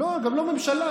לא, גם לא ממשלה.